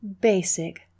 basic